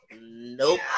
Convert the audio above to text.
Nope